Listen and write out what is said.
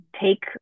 take